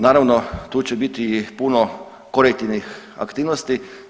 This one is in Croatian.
Naravno tu će biti i puno korektivnih aktivnosti.